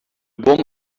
bom